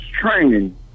training